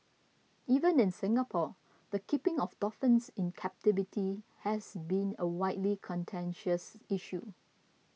even in Singapore the keeping of dolphins in captivity has been a widely contentious issue